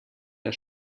der